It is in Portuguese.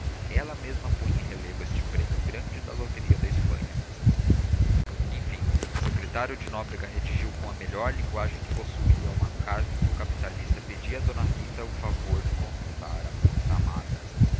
ela mesma punha em relevo este prêmio grande da loteria de espanha enfim o secretário de nóbrega redigiu com a melhor linguagem que possuía uma carta em que o capitalista pedia a d rita o favor de consultar a moça amada